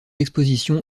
exposition